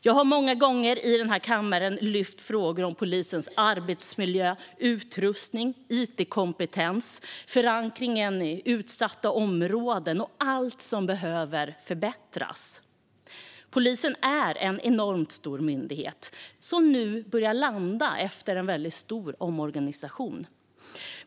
Jag har många gånger i denna kammare lyft frågor om polisens arbetsmiljö, utrustning och it-kompetens och om förankringen i utsatta områden och allt som behöver förbättras. Polisen är en enormt stor myndighet, som nu börjar landa efter en väldigt stor omorganisation.